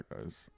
guys